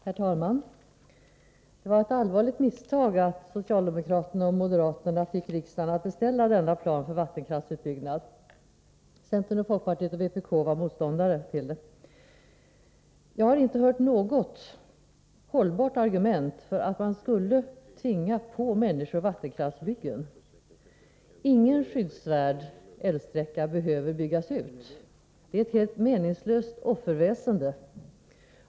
Herr talman! Det var ett allvarligt misstag att socialdemokraterna och moderaterna fick riksdagen att beställa en plan för vattenkraftsutbyggnad. Centern, folkpartiet och vpk var motståndare till det. Jag har inte hört något hållbart argument för att man skulle tvinga på människor vattenkraftsbyggen. Ingen skyddsvärd älvsträcka behöver byggas ut. Det är ett helt meningslöst offerväsen.